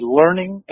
learning